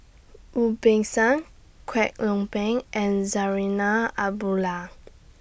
Wu Peng Seng Kwek Leng Beng and Zarinah Abdullah